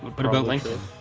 but put about lengthen